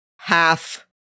Half